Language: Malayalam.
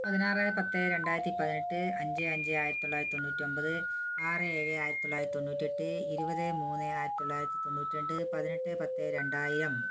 പതിനാറ് പത്ത് രണ്ടായിരത്തിപ്പതിനെട്ട് അഞ്ച് അഞ്ച് ആയിരത്തിത്തൊളളായിരത്തി തൊണ്ണൂറ്റി ഒമ്പത് ആറ് ഏഴ് ആയിരത്തിത്തൊള്ളായിരത്തി തൊണ്ണൂറ്റിയെട്ട് ഇരുപത് മൂന്ന് ആയിരത്തിത്തൊള്ളായിരത്തി തൊണ്ണൂറ്റിരണ്ട് പതിനെട്ട് പത്ത് രണ്ടായിരം